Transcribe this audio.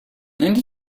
and